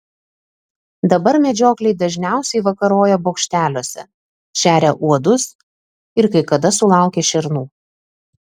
dabar medžiokliai dažniausiai vakaroja bokšteliuose šeria uodus ir kai kada sulaukia šernų